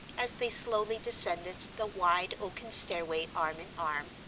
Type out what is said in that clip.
as they slowly descended the wide oaken stairway arm in arm.